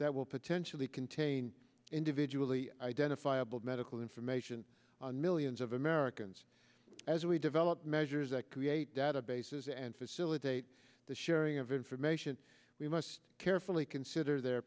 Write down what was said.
that will potentially contain individually identifiable medical information on millions of americans as we develop measures that create databases and silly date the sharing of information we must carefully consider their